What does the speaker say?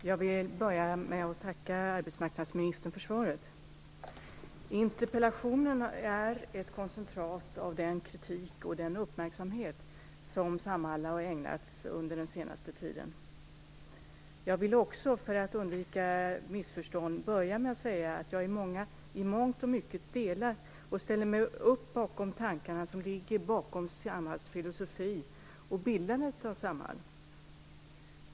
Herr talman! Jag vill börja med att tacka arbetsmarknadsministern för svaret. Interpellationen är ett koncentrat av den kritik och den uppmärksamhet som ägnats åt Samhall under den senare tiden. Jag vill också, för att undvika missförstånd, börja med att säga att jag i mångt och mycket ställer upp för och delar de tankar som ligger bakom Samhalls filosofi och bildandet av Samhall.